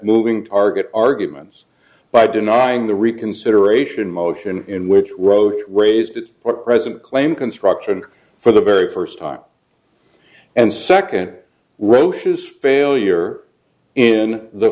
moving target arguments by denying the reconsideration motion in which wrote raised its present claim construction for the very first time and second roche's failure in the